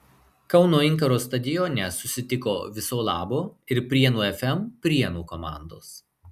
kauno inkaro stadione susitiko viso labo ir prienų fm prienų komandos